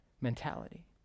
mentality